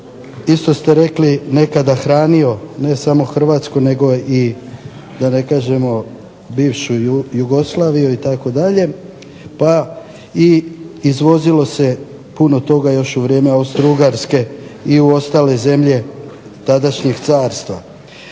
isto ste rekli, nekada hranio ne samo Hrvatsku nego i da ne kažemo bivšu Jugoslaviju itd., pa i izvozilo se puno toga još u vrijeme Austro-Ugarske i u ostale zemlje tadašnjih carstva.